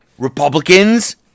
Republicans